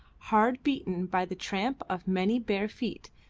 hard beaten by the tramp of many bare feet,